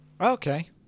Okay